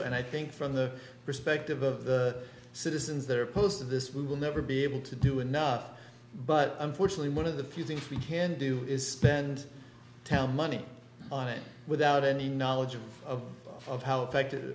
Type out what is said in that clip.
and i think from the perspective of the citizens that are opposed to this we will never be able to do enough but unfortunately one of the few things we can do is spend town money on it without any knowledge of how effective